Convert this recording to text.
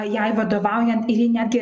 jai vadovaujant ir ji netgi